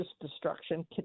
destruction